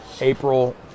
April